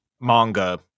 manga